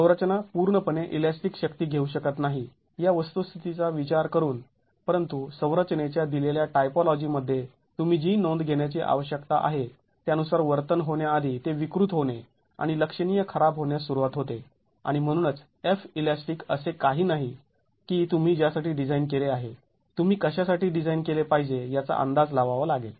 संरचना पूर्णपणे इलॅस्टिक शक्ती घेऊ शकत नाही या वस्तुस्थितीचा विचार करून परंतु संरचनेच्या दिलेल्या टाइपोलॉजी मध्ये तुम्ही जी नोंद घेण्याची आवश्यकता आहे त्यानुसार वर्तन होण्याआधी ते विकृत होणे आणि लक्षणीय खराब होण्यास सुरुवात होते आणि म्हणूनच Felastic असे काही नाही की तुम्ही ज्यासाठी डिझाईन केले आहे तुम्ही कशासाठी डिझाईन केले पाहिजे याचा अंदाज लावावा लागेल